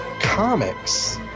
comics